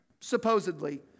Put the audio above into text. supposedly